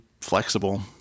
flexible